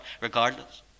regardless